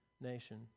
nation